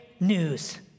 news